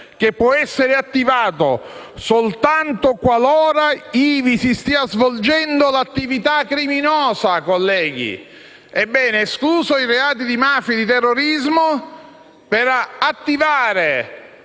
che può essere attivato soltanto qualora ivi si stia svolgendo l'attività criminosa. Ebbene, esclusi i reati di mafia e terrorismo, per attivare